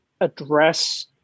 address